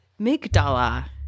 Migdala